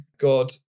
God